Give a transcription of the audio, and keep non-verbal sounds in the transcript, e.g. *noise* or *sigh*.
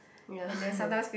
ya *laughs*